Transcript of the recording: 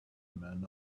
men